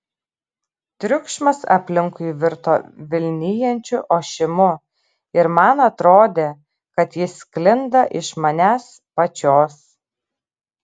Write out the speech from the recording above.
triukšmas aplinkui virto vilnijančiu ošimu ir man atrodė kad jis sklinda iš manęs pačios